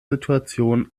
situation